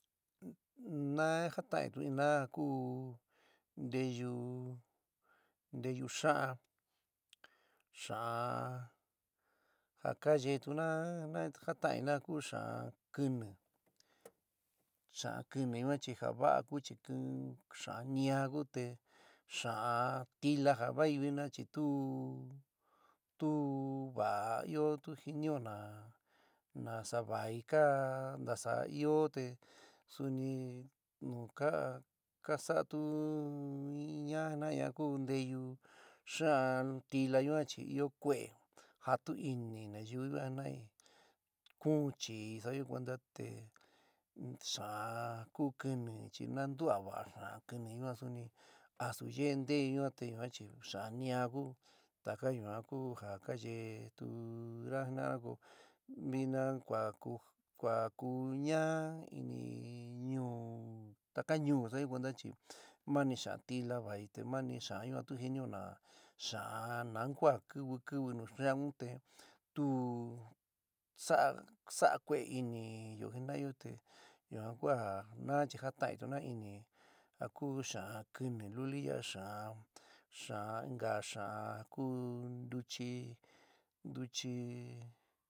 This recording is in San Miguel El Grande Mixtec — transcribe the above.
Na jatain tu inna ja ku nteyú nteyú xa'án, xa'án ja ka yeétuna, na jataiinna ja ku xa'an kɨnɨ, xa'an kɨnɨ ñua chi ja va'a ku chi kin xa'an nía ku te xa'an tila ja vai vina chi tu tu va'a ɨó tu jɨnió na nasá vai ka nasá ɨó te suni nu ka ka sa'atu-ña jin'aña ku in nteyú xa'an tila yuan chi ɨó kue'é jatu ini nayu yuan jina'i kuun chii sa'ayo cuenta te xa'án ku kɨnɨ chi naántua vaá vaá kɨnɨ ñuan suni, asu yeé nteyu yuan te yuan chi xa'an nía ku taka yuán ku ja ka yeétuna jina'ana ko vina kua ku kua ku ñaa ini ñuú taka ñuú sa'ayo cuenta chi mani xa'an tila vai mani xa'an yuan tu jɨnió na xa'an nau kua kiwi kiwi nu xa'an te tu sa'a sa'a kue'é iniyo jina'ayo te yuan ku a na chi jataíntuna ɨnɨ ja ku xa'an kɨnɨ luli ya'a xa'an xa'an inka xa'an ku ntuchi ntuchi.